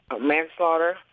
manslaughter